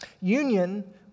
Union